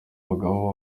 bagabo